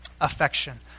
affection